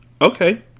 Okay